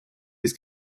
без